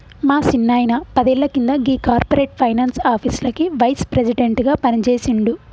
మా సిన్నాయిన పదేళ్ల కింద గీ కార్పొరేట్ ఫైనాన్స్ ఆఫీస్లకి వైస్ ప్రెసిడెంట్ గా పనిజేసిండు